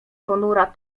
ponura